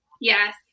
Yes